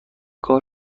کار